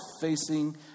facing